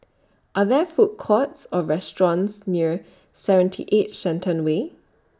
Are There Food Courts Or restaurants near seventy eight Shenton Way